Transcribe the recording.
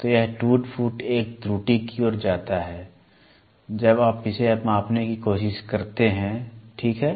तो यह टूट फूट एक त्रुटि की ओर जाता है जब आप इसे मापने की कोशिश करते हैं ठीक है